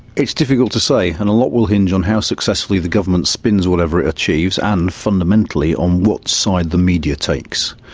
it's difficult to say, and a lot will hinge on how successfully the government spins whatever it achieves and, fundamentally, on what side the media takes.